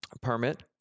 permit